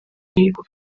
muhigo